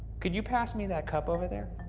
could you pass me that cup over there?